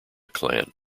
clan